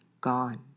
gone